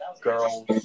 Girls